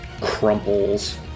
crumples